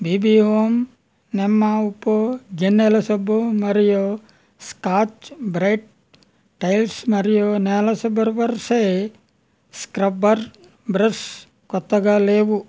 BB home నిమ్మ ఉప్పు గిన్నెల సబ్బు మరియు స్కాచ్ బ్రైట్ టైల్స్ మరియు నేల శుభ్రపరిచే స్క్రబ్బర్ బ్రష్ క్రొత్తగా లేవు